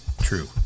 True